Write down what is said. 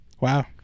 Wow